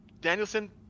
Danielson